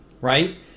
right